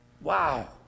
wow